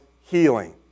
healing